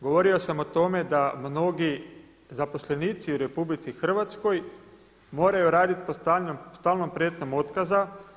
Govorio sam o tome da mnogi zaposlenici u RH moraju raditi pod stalnom prijetnjom otkaza.